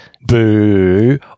boo